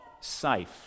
safe